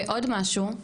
ועוד משהו,